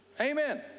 Amen